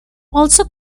also